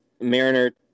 Mariner